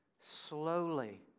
slowly